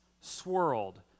swirled